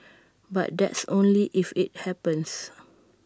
but that's only if IT happens